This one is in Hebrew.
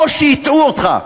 או שהטעו אותך,